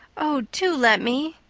oh, do let me!